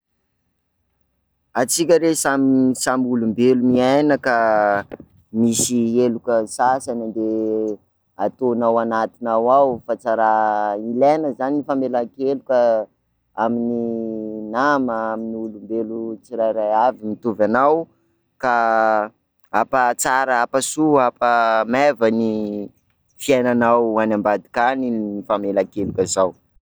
Antsika re samy- samy olombelo miaina ka misy helokan'ny sasany nde ataonao anatinao ao fa tsa ra, ilaina zany ny famelan-keloka amin'ny nama, amin'ny olombelo tsirairay aby mitovy anao, ka hampahatsara, ampahasoa, ampahamaiva ny fiainanao any ambadika any ny famelankeloka zao.